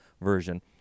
version